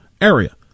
area